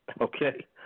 Okay